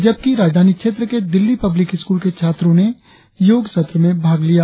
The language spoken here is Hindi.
जबकि राजधानी क्षेत्र के दिल्ली पब्लिक स्कूल के छात्रों ने योग सत्र में भाग लिया